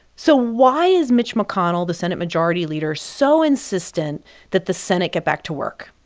so why is mitch mcconnell, the senate majority leader, so insistent that the senate get back to work?